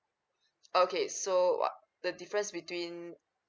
okay so wha~ the difference between